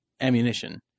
ammunition